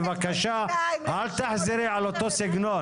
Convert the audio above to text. בבקשה אל תחזרי על אותו סגנון.